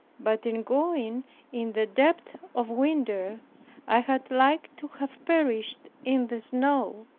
but in going in the depth of winter i had like to have perished in the snow,